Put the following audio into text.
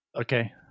Okay